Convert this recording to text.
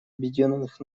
объединенных